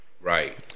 Right